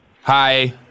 Hi